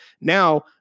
now